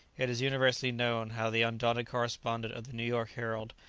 it is universally known how the undaunted correspondent of the new york herald,